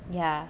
ya